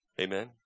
Amen